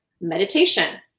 meditation